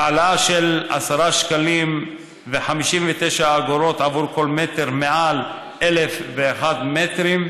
העלאה של 10.59 שקלים עבור כל מטר מעל 1,001 מטרים.